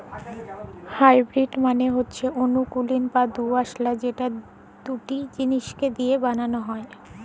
hybrid মালে হচ্যে অকুলীন বা দুআঁশলা যেট দুট জিলিসকে মিশাই বালালো হ্যয়